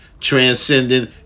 transcending